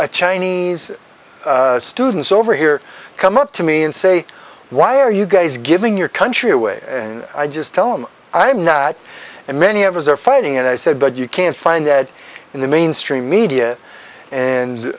a chinese students over here come up to me and say why are you guys giving your country away i just tell them i am not and many of us are fighting and i said that you can't find that in the mainstream media and